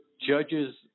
judges